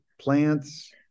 plants